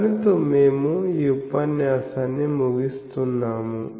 దానితో మేము ఈ ఉపన్యాసాన్ని ముగిస్తున్నాము